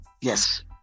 Yes